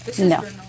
No